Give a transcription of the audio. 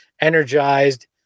energized